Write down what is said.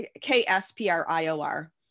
K-S-P-R-I-O-R